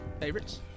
Favorites